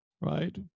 right